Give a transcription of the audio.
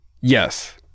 Yes